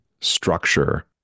structure